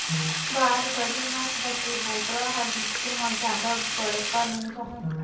बारबरी नसल के बोकरा ह दिखे म जादा बड़का नइ रहय